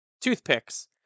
toothpicks